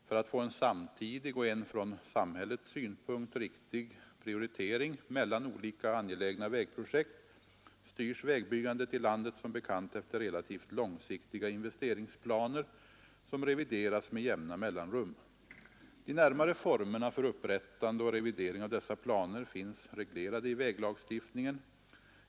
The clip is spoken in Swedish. För att få en samtidig och en från samhällets synpunkt riktig prioritering mellan olika angelägna vägprojekt styrs vägbyggandet i landet som bekant efter relativt långsiktiga investeringsplaner, som revideras med jämna mellanrum. De närmare formerna för upprättande och revidering av dessa planer finns reglerade i väglagstiftningen.